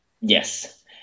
Yes